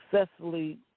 successfully